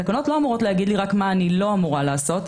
תקנות לא אמורות להגיד רק מה אני לא אמורה לעשות,